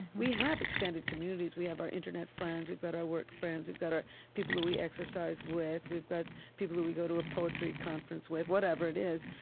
we have extended communities we have our internet friends we've got our work friends we've got our people who we exercise with we've got people who we go to a poetry conference with whatever it is.